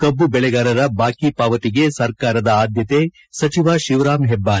ಕಬ್ಬು ಬೆಳೆಗಾರರ ಬಾಕಿ ಪಾವತಿಗೆ ಸರ್ಕಾರದ ಆದ್ದತೆ ಸಚಿವ ಶಿವರಾಂ ಹೆಬ್ಬಾರ್